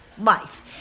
Life